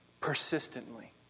persistently